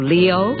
Leo